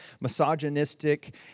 misogynistic